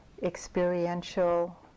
experiential